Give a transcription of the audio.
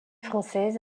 française